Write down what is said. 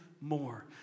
more